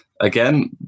Again